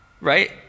right